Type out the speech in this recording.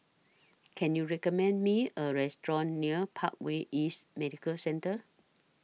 Can YOU recommend Me A Restaurant near Parkway East Medical Centre